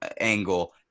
angle